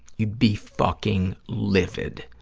you'd be fucking livid.